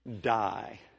die